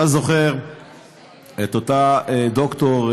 אתה זוכר את אותה דוקטור,